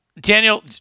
Daniel